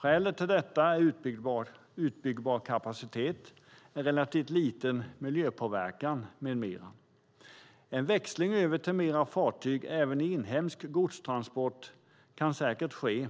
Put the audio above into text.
Skälen till detta är utbyggbar kapacitet, en relativt liten miljöpåverkan med mera. En växling till mer fartyg även i inhemsk godstransport kan säkert ske,